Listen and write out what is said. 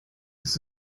ist